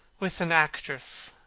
with an actress,